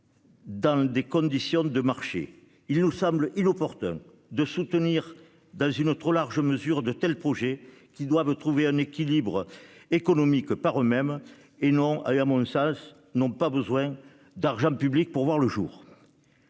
dans des conditions de marché. Il nous semble inopportun de soutenir dans une trop large mesure de tels projets, qui doivent trouver un équilibre économique par eux-mêmes et n'ont pas besoin d'argent public pour voir le jour.